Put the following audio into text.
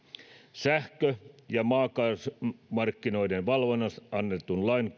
sähkö ja maakaasumarkkinoiden valvonnasta annetun lain